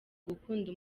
gukunda